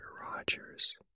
Rogers